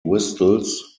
whistles